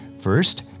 First